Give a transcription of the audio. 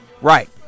Right